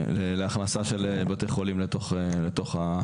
להכנסה של בתי חולים לתוך ההצעה הזאת.